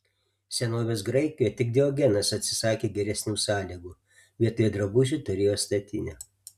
senovės graikijoje tik diogenas atsisakė geresnių sąlygų vietoj drabužių turėjo statinę